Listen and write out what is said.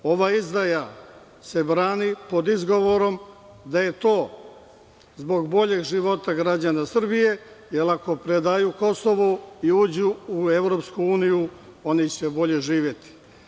Inače, ova izdaja se brani pod izgovorom da je to zbog boljeg života građana Srbije, jer ako predaju Kosovo i uđu u EU, oni će bolje živeti.